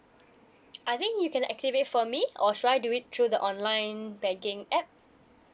I think you can activate for me or should I do it through the online banking app